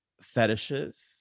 fetishes